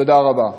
תודה רבה.